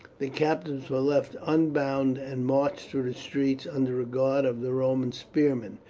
the captives were left unbound and marched through the streets under a guard of the roman spearmen.